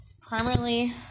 Primarily